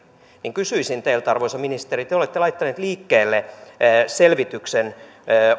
kysyisin teiltä arvoisa ministeri kun te olette laittanut liikkeelle selvityksen